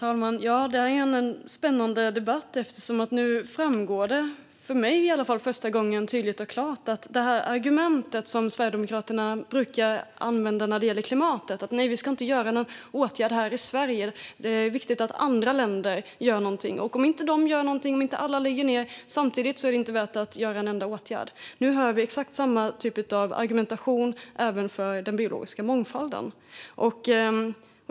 Herr talman! Det är en spännande debatt. Nu framgår detta, i alla fall för mig, för första gången tydligt och klart. Sverigedemokraterna brukar använda följande argument när det gäller klimatet: Nej, vi ska inte göra någon åtgärd här i Sverige. Det är viktigt att andra länder gör någonting. Om inte de gör någonting och om inte alla lägger ned samtidigt är det inte värt att göra en enda åtgärd. Nu hör vi exakt samma typ av argumentation när det gäller den biologiska mångfalden.